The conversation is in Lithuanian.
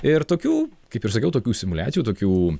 ir tokių kaip ir sakiau tokių simuliacijų tokių